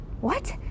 What